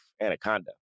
Anaconda